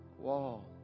wall